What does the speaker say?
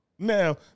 Now